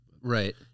right